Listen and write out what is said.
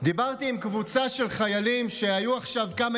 דיברתי עם קבוצה של חיילים שהיו עכשיו כמה